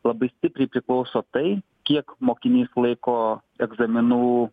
labai stipriai priklauso tai kiek mokinys laiko egzaminų